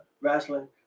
Wrestling